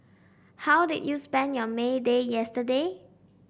how did you spend your May Day yesterday